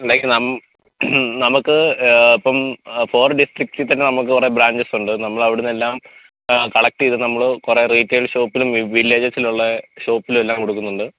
like നം നമുക്ക് ഇപ്പം ഫോർ ഡിസ്ട്രിക്റ്റിൽത്തന്നെ നമുക്ക് കുറെ ബ്രാഞ്ചസ് ഉണ്ട് നമ്മൾ അവിടെന്നെല്ലാം കളെക്ററ് ചെയ്ത് നമ്മൾ കുറെ വെജിറ്റബിൾ ഷോപ്പിലും വില്ലേജസ്സിലുള്ള ഷോപ്പിലും എല്ലാം കൊടുക്കുന്നുണ്ട്